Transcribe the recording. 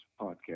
podcast